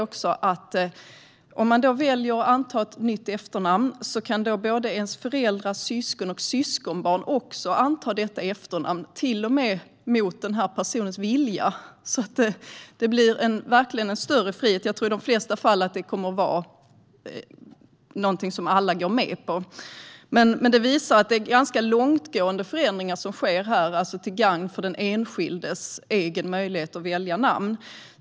Om man väljer att ta ett nytt efternamn är det intressant att ens föräldrar, syskon och syskonbarn också kan ta detta efternamn, till och med mot viljan hos den person som har namnet. Det blir verkligen en större frihet. I de flesta fall tror jag att det kommer att vara någonting som alla går med på. Detta visar att det är ganska långtgående förändringar som sker här till gagn för den enskildes egen möjlighet att välja namn.